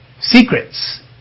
Secrets